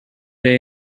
day